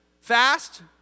Fast